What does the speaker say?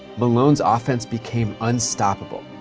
malone's ah offense became unstoppable,